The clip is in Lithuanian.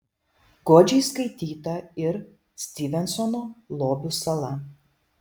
godžiai skaityta ir styvensono lobių sala